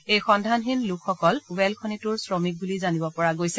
এই সন্ধানহীন লোকসকল ৱেল খনিটোৰ শ্ৰমিক বুলি জানিব পৰা গৈছে